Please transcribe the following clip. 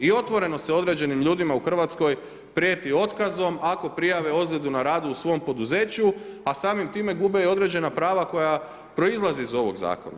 I otvoreno se određenim ljudima u Hrvatskoj prijeti otkazom ako prijave ozljedu na radu u svom poduzeću, a samim time gube i određena prava koja proizlaze iz ovog zakona.